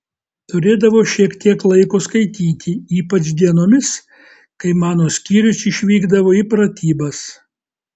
turėdavau šiek tiek laiko skaityti ypač dienomis kai mano skyrius išvykdavo į pratybas